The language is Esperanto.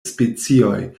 specioj